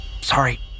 Sorry